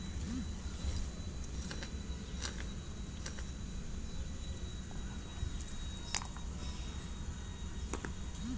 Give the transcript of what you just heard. ಮೀನುಗಾರರು ಸಿಹಿ ಮತ್ತು ಉಪ್ಪು ನೀರಿನ ಕೊಳಗಳನ್ನು ನಿರ್ಮಿಸಿ ಸಿಗಡಿಗಳನ್ನು ಸಾಕ್ತರೆ